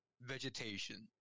vegetation